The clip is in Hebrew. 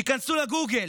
תיכנסו לגוגל